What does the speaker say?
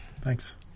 Thanks